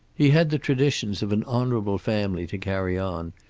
he had the traditions of an honorable family to carry on,